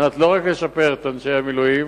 לא רק על מנת לשפר לאנשי המילואים,